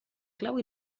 clau